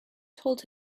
told